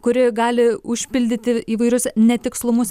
kuri gali užpildyti įvairius netikslumus